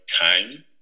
time